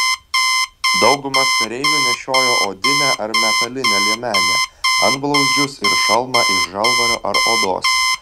daugumas kareivių nešiojo odinę ar metalinę liemenę antblauzdžius ir šalmą iš žalvario ar odos